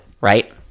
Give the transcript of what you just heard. Right